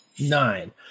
Nine